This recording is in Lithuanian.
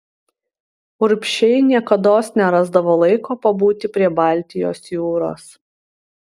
urbšiai niekados nerasdavo laiko pabūti prie baltijos jūros